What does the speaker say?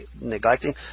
neglecting